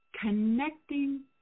connecting